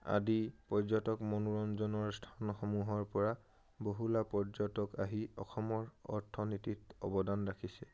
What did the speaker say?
আদি পৰ্যটক মনোৰঞ্জনৰ স্থানসমূহৰ পৰা বহু পৰ্যটক আহি অসমৰ অৰ্থনীতিত অৱদান ৰাখিছে